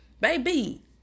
baby